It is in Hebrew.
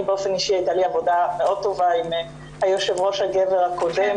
אני באופן אישי הייתה לי עבודה מאוד טובה עם היושב ראש הגבר הקודם